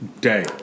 day